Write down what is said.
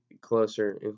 closer